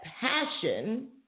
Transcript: passion